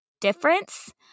difference